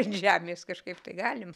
iš žemės kažkaip tai galim